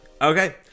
okay